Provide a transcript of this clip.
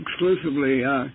exclusively